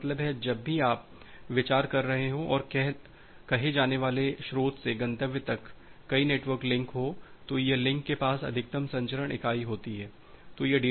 इसका मतलब है जब भी आप विचार कर रहे हों और कहे जाने वाले स्रोत से गंतव्य तक कई नेटवर्क लिंक हों तो यह लिंक के पास अधिकतम संचरण इकाई होती है